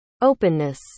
Openness